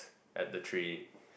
at the tree